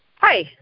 Hi